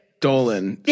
Dolan